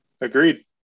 Agreed